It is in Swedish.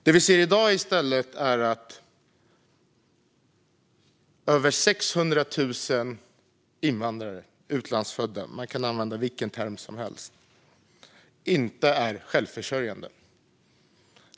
Det vi ser i dag är i stället att över 600 000 invandrare eller utlandsfödda - man kan använda vilken term som helst - inte är självförsörjande.